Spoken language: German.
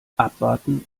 abwarten